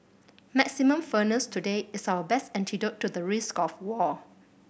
maximum firmness today is our best antidote to the risk of war